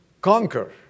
conquer